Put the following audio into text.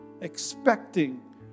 expecting